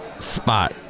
Spot